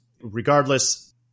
regardless